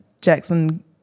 Jackson